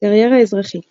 קריירה אזרחית